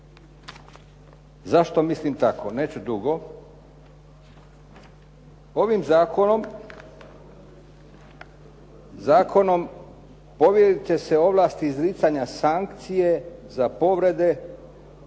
Zašto mislim tako? Neću dugo. Ovim zakonom, zakonom povjeriti će se ovlasti izricanja sankcije za povrede